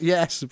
Yes